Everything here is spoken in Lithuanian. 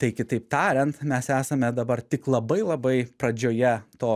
tai kitaip tariant mes esame dabar tik labai labai pradžioje to